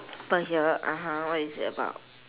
per year (uh huh) what is it about